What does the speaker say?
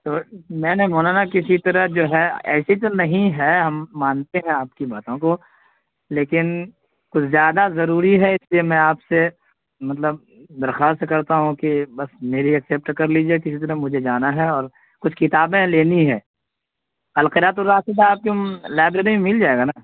تو میں نے مولانا کسی طرح جو ہے ایسی تو نہیں ہے ہم مانتے ہیں آپ کی باتوں کو لیکن کچھ زیادہ ضروری ہے اس لیے میں آپ سے مطلب درخواست کرتا ہوں کہ بس میری ایکسپٹ کر لیجیے کسی طرح مجھے جانا ہے اور کچھ کتابیں لینی ہے القرأۃ الراشدہ آپ کے لائبریری میں مل جائے گا نا